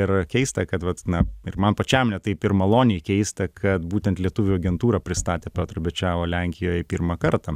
ir keista kad vat na ir man pačiam net taip ir maloniai keista kad būtent lietuvių agentūra pristatė piotr bečao lenkijoj pirmą kartą